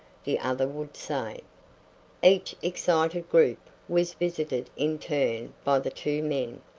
the other would say. each excited group was visited in turn by the two men,